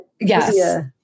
Yes